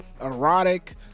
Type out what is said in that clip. erotic